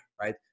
right